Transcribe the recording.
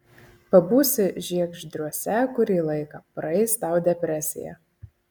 pabūsi žiegždriuose kurį laiką praeis tau depresija